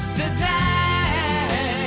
today